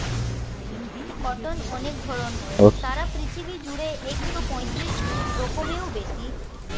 cotton অনেক ধরণ হয়, সারা পৃথিবী জুড়ে একশো পঁয়ত্রিশ রকমেরও বেশি